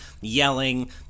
yelling